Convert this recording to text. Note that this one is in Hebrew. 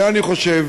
לכן, אני חושב